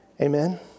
Amen